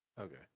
Okay